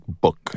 book